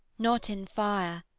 not in fire,